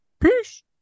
Peace